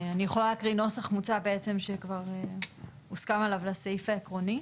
אני יכולה להקריא נוסח מוצע בעצם שכבר הוסכם עליו לסעיף העקרוני.